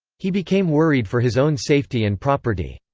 he became worried for his own safety and property.